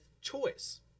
choice